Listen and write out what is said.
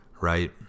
right